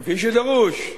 כפי שדרוש,